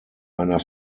einer